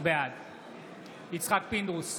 בעד יצחק פינדרוס,